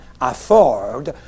afford